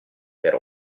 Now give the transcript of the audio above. per